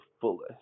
fullest